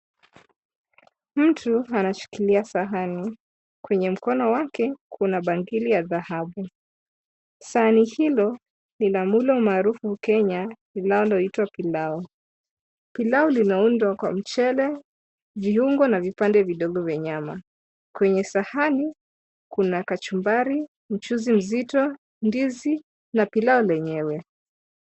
Mtu anashikilia sahani kwenye mkono wake kuna bangili ya dhahabu. Sahani hilo ni la mlo maarufu Kenya lililoitwa pilau. Pilau linaundwa kwa mchele, viungo na vipande vidogo vya nyama. Kwenye sahani kuna kachumbari, mchuzi mzito, ndizi na pilau lenyewe.